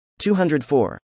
204